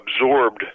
absorbed